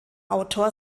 autor